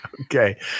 Okay